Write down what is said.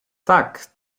tak